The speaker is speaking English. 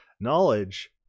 knowledge